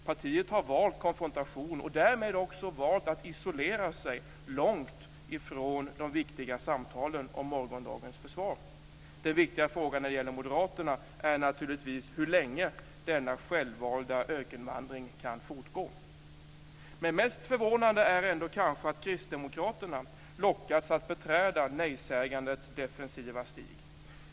Partiet har valt konfrontation och därmed också valt att isolera sig, långt ifrån de viktiga samtalen om morgondagens försvar. Den viktiga frågan när det gäller moderaterna är naturligtvis hur länge denna självvalda ökenvandring kan fortgå. Men mest förvånande är det kanske att kristdemokraterna lockats att beträda nejsägandets defensiva stig.